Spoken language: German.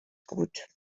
gut